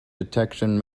detection